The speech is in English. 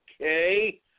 Okay